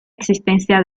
existencia